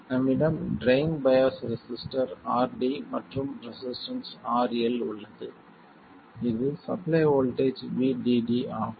நம்மிடம் drain bias resistor RD மற்றும் resistance RL உள்ளது இது சப்ளை வோல்ட்டேஜ் VDD ஆகும்